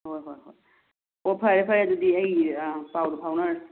ꯍꯣꯏ ꯍꯣꯏ ꯍꯣꯏ ꯑꯣ ꯐꯔꯦ ꯐꯔꯦ ꯑꯗꯨꯗꯤ ꯑꯩ ꯄꯥꯎꯗꯨ ꯐꯥꯎꯅꯔꯁꯤ